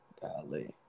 Golly